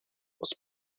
was